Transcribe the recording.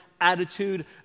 Attitude